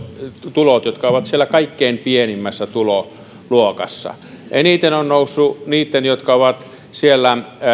tulot jotka ovat siellä kaikkein pienimmässä tuloluokassa eniten ovat nousseet niitten jotka ovat siellä